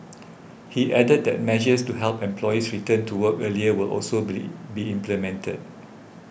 he added that measures to help and employees return to work earlier will also be implemented